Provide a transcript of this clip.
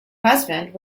husband